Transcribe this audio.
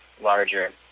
larger